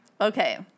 Okay